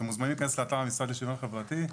אתם מוזמנים להיכנס לאתר המשרד לשוויון חברתי.